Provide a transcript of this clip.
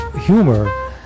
humor